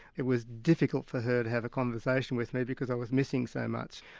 it was difficult for her to have a conversation with me because i was missing so much.